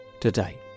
Today